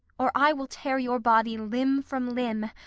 or i will tear your body limb from limb,